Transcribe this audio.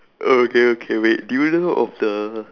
okay okay wait wait do you know of the